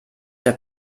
der